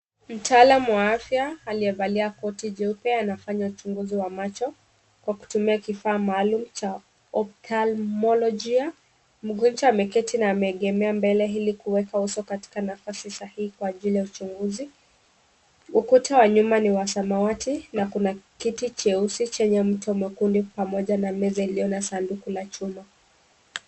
Mtaalam wa afya aliyevalia koti jeupe anafanya uchunguzi wa macho kwa kutumia kifaa maalum cha oftalmolojia . Mgonjwa ameketi na ameegemea mbele ili kuweka uso katika nafasi sahihi kwa ajili ya uchunguzi. Ukuta wa nyuma ni wa samawati na kuna kiti cheusi chenye mto mwekundu pamoja na meza iliyo na sanduku la chuma.